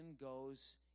goes